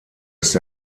ist